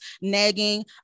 nagging